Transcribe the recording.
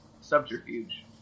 subterfuge